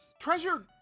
Treasure